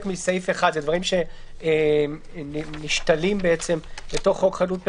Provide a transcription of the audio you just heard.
מסעיף 1. אלו דברים שנשתלים לתוך חוק חדלות פירעון,